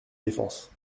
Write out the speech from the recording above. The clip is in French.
défense